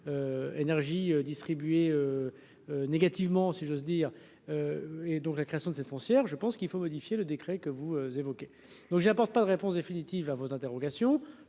énergie distribuée négativement, si j'ose dire, et donc la création de cette foncière, je pense qu'il faut modifier le décret que vous évoquez, donc j'apporte pas de réponse définitive à vos interrogations,